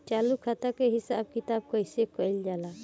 चालू खाता के हिसाब किताब कइसे कइल जाला?